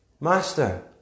master